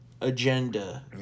agenda